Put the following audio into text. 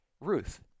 Ruth